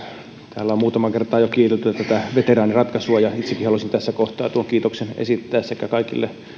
täällä on muutamaan kertaan jo kiitelty tätä veteraaniratkaisua ja itsekin haluaisin tässä kohtaa tuon kiitoksen esittää kaikille